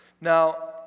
Now